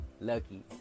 Lucky